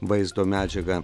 vaizdo medžiaga